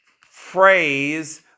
phrase